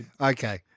Okay